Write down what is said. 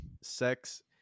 sex